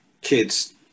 kids